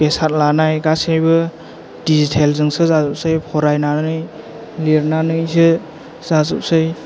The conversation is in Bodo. बेसाद लानाय गासिबो दिजिथेलजोंसो जाजोबसै फरायनानै लिरनानैसो जाजोबसै